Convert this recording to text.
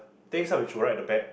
things you would write the back